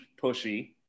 pushy